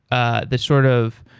ah the sort of